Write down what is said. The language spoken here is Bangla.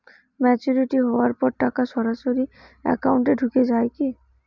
ম্যাচিওরিটি হওয়ার পর টাকা সরাসরি একাউন্ট এ ঢুকে য়ায় কি?